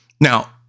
Now